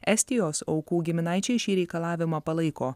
estijos aukų giminaičiai šį reikalavimą palaiko